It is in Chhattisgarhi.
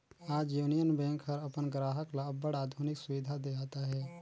आज यूनियन बेंक हर अपन गराहक ल अब्बड़ आधुनिक सुबिधा देहत अहे